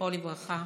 זכרו לברכה,